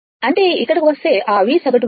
అంటే ఇక్కడకు వస్తే ఆ V సగటు విలువ